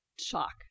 shock